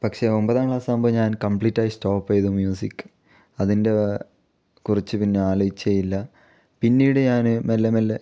പക്ഷേ ഒമ്പതാം ക്ലാസ് ആകുമ്പോൾ ഞാൻ കമ്പ്ലീറ്റ് ആയി സ്റ്റോപ്പ് ചെയ്തു മ്യൂസിക് അതിൻ്റെ കുറിച്ച് പിന്നെ ആലോചിച്ചതേ ഇല്ല പിന്നീട് ഞാൻ മെല്ലെ മെല്ലെ